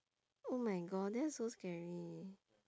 oh my god that's so scary